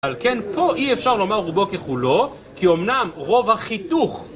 אבל כן, פה אי אפשר לומר רובו ככולו, כי אמנם רוב החיתוך